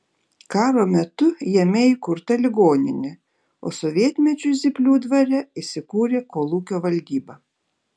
karo metu jame įkurta ligoninė o sovietmečiu zyplių dvare įsikūrė kolūkio valdyba